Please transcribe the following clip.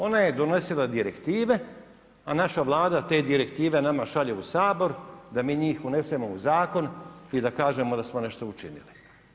Ona je donosila direktive a naša Vlada te direktive nama šalje u Sabor da mi njih unesemo u zakon i da kažemo da smo nešto učinili.